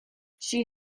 she